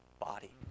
body